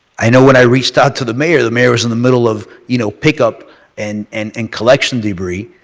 i know when i reached out to the mayor, the mayor was in the middle of you know pick up and and and collection debris.